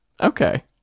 Okay